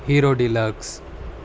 hero deluxe